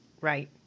Right